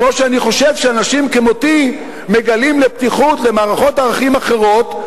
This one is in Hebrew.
כמו שאני חושב שאנשים כמותי מגלים פתיחות למערכות ערכים אחרות,